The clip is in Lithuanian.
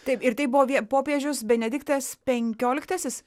taip ir tai buvo vie popiežius benediktas penkioliktasis